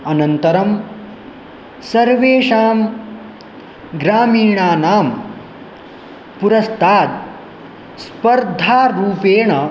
अनन्तरं सर्वेषां ग्रामीणानां पुरस्तात् स्पर्धारूपेण